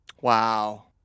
wow